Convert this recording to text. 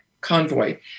convoy